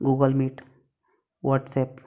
Google meet WhatsApp